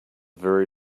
very